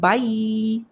Bye